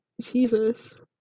Jesus